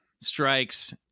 strikes